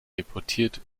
deportiert